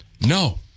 no